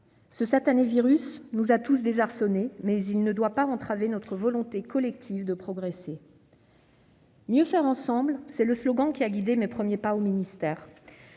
Ce satané virus nous a tous désarçonnés, mais il ne doit pas entraver notre volonté collective de progresser !« Mieux faire ensemble », voilà le slogan qui a guidé mes premiers pas au ministère.